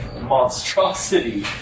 monstrosity